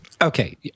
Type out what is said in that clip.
Okay